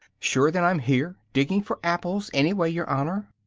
shure then i'm here! digging for apples, anyway, yer honour!